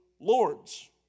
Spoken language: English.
lords